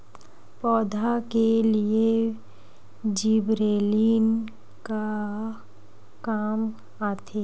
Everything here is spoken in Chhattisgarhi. पौधा के लिए जिबरेलीन का काम आथे?